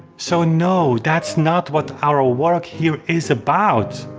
so no, that's not what our work here is about.